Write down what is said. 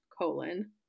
colon